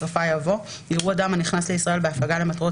בסופה יבוא: "יראו אדם הנכנס לישראל בהפלגה למטרות